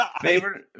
Favorite